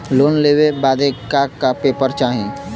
Loan लेवे बदे का का पेपर चाही?